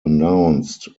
announced